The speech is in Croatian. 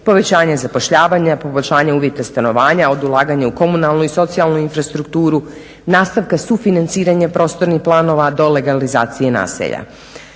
povećanja zapošljavanja, poboljšanja uvjeta stanovanja od ulaganja u komunalnu i socijalnu infrastrukturu, nastavka sufinanciranja prostornih planova do legalizacije naselja.